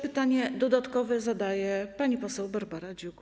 Pytanie dodatkowe zadaje pani poseł Barbara Dziuk.